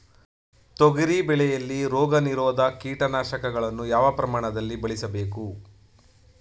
ತೊಗರಿ ಬೆಳೆಯಲ್ಲಿ ರೋಗನಿರೋಧ ಕೀಟನಾಶಕಗಳನ್ನು ಯಾವ ಪ್ರಮಾಣದಲ್ಲಿ ಬಳಸಬೇಕು?